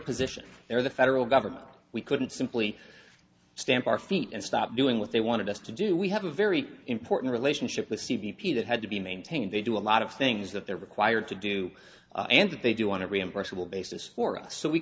position their the federal government we couldn't simply stamp our feet and stop doing what they wanted us to do we have a very important relationship with stevie p that had to be maintained they do a lot of things that they're required to do and that they do want to reimbursable basis for us so we